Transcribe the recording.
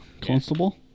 Constable